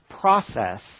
process